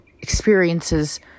experiences